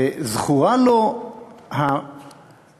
וזכורה לנו האמרה,